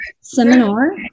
seminar